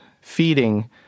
feeding